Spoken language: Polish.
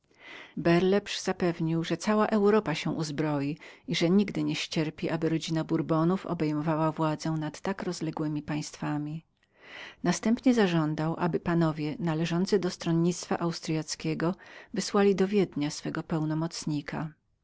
berleps zapewnił że cała europa się uzbroi i że nigdy nie scierpi aby rodzina burbonów obejmowała władzę nad tak rozległemi państwami następnie zażądał aby panowie należący do stronnictwa austryackiego wysłali do wiednia upoważnionego od nich pełnomocnika